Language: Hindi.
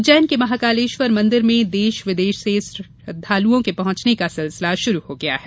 उज्जैन के महाकालेश्वर मंदिर में देश विदेश से श्रद्दालुओं के पहुंचने का सिलसिला शुरू हो गया है